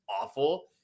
awful